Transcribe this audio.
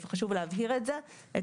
חשוב להבהיר את זה.